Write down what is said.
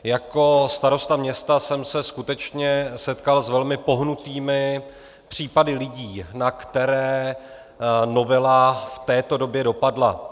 Jako starosta města jsem se skutečně setkal s velmi pohnutými případy lidí, na které novela v této době dopadla.